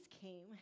came